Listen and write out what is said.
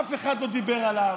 אף אחד לא דיבר עליו,